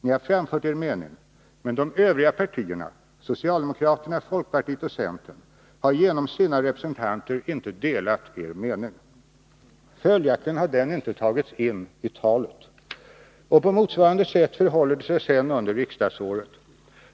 Ni har framfört er mening, men de övriga partierna, socialdemokraterna, folkpartiet och centern, har genom sina representanter inte delat er mening. Följaktligen har den inte tagits in i talet. På motsvarande sätt förhåller det sig i riksdagen.